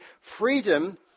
freedom